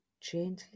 gently